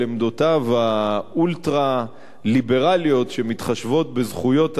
עמדותיו האולטרה-ליברליות שמתחשבות בזכויות אדם,